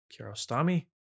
Kiarostami